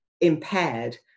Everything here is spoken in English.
impaired